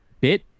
bit